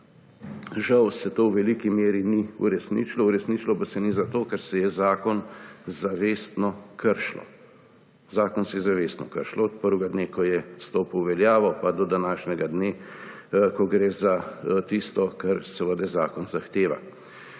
Žal se to v veliki meri ni uresničilo, uresničilo pa se ni zato, ker se je zakon zavestno kršilo. Zakon se je zavestno kršilo od prvega dne, ko je stopil v veljavo, pa do današnjega dne, ko gre za tisto, kar zakon zahteva.